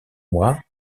mois